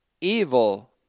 evil